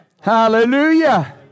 Hallelujah